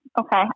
Okay